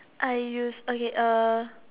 I use okay uh